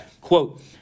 Quote